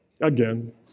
Again